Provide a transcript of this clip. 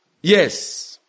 yes